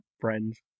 friends